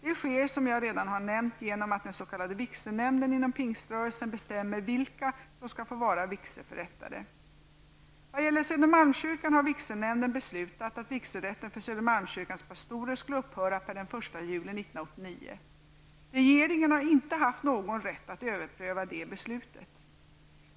Det sker, som jag redan har nämnt, genom att den s.k. vigselnämnden inom pingströrelsen bestämmer vilka som skall få vara vigselförrättare. Vad gäller Södermalmskyrkan har vigselnämnden beslutat att vigselrätten för Södermalmskyrkans pastorer skulle upphöra per den 1 juli 1989. Regeringen har inte haft någon rätt att överpröva det beslutet.